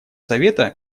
совета